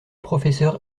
professeur